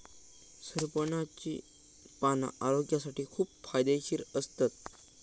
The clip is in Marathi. सरपणाची पाना आरोग्यासाठी खूप फायदेशीर असतत